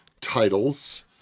titles